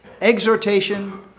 exhortation